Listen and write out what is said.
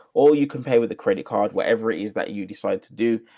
all you can pay with a credit card, wherever it is that you decide to do.